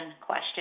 question